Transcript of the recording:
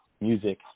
music